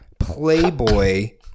Playboy